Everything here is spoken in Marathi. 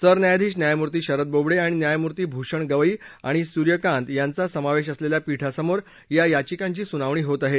सरन्यायाधीश न्यायमूर्ती शरद बोबडे आणि न्यायमूर्ती भूषण गवई आणि सूर्यकांत यांचा समावेश असलेल्या पीठासमोर या याचिकांची सुनावणी होत आहे